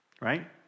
right